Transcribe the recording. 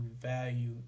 value